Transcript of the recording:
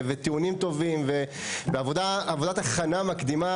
טיעונים טובים ועבודת הכנה מקדימה,